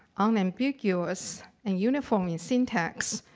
unambiguous, and uniform syntax,